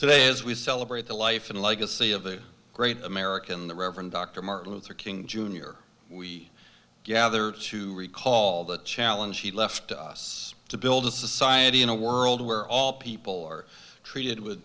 today as we celebrate the life and legacy of the great american the reverend dr martin luther king jr we gather to recall the challenge he left to us to build a society in a world where all people are treated with